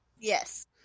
Yes